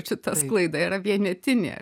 šita sklaida yra vienetinė